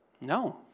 No